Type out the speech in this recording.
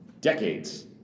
decades